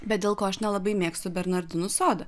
bet dėl ko aš nelabai mėgstu bernardinų sodo